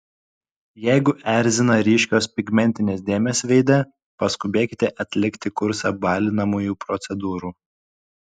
jeigu erzina ryškios pigmentinės dėmės veide paskubėkite atlikti kursą balinamųjų procedūrų